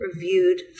reviewed